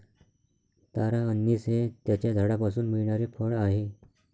तारा anise हे त्याच्या झाडापासून मिळणारे फळ आहे